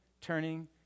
turning